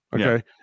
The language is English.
Okay